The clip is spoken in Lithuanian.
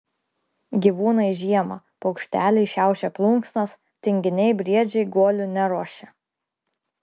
gyvūnai žiemą paukšteliai šiaušia plunksnas tinginiai briedžiai guolių neruošia